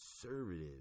conservative